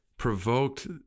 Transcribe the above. provoked